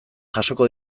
jasoko